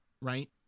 right